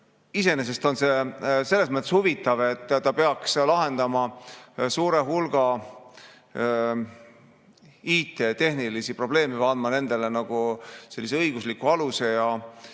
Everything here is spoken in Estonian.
Iseenesest on see selles mõttes huvitav, et see peaks lahendama suure hulga IT-tehnilisi probleeme ja andma [kõigele] ka nagu sellise õigusliku aluse.